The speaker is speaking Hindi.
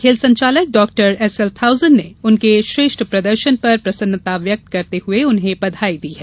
खेल संचालक डॉ एसएल थाउसेन ने उनके श्रेष्ठ प्रदर्शन पर प्रसन्नता व्यक्त करते हुए उन्हें बधाई दी है